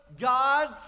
God's